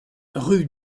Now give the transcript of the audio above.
rue